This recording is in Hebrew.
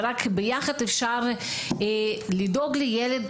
כי רק ביחד אפשר לדאוג לילד,